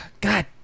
God